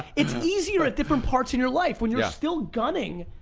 it's easier at different parts in your life. when you're still gunning.